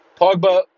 Pogba